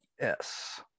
Yes